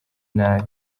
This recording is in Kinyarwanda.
nabi